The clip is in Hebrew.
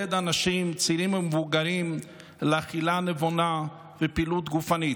לעודד אנשים צעירים ומבוגרים לאכילה נבונה ופעילות גופנית.